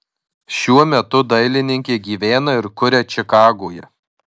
šiuo metu dailininkė gyvena ir kuria čikagoje